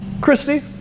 Christy